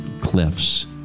cliffs